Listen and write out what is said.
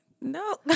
No